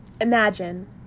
Imagine